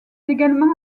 également